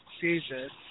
Jesus